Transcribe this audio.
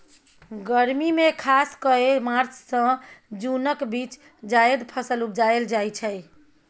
गर्मी मे खास कए मार्च सँ जुनक बीच जाएद फसल उपजाएल जाइ छै